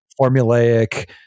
formulaic